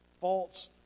faults